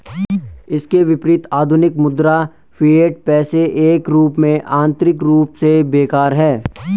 इसके विपरीत, आधुनिक मुद्रा, फिएट पैसे के रूप में, आंतरिक रूप से बेकार है